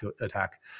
attack